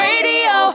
Radio